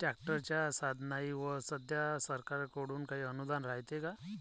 ट्रॅक्टरच्या साधनाईवर सध्या सरकार कडून काही अनुदान रायते का?